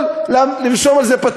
הוא יכול לרשום על זה פטנט,